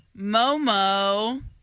Momo